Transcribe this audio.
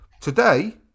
Today